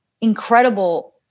incredible